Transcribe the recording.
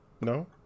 no